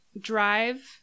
drive